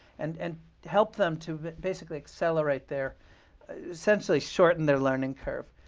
and and help them to basically accelerate their essentially shorten their learning curve.